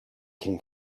can